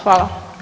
Hvala.